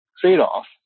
trade-off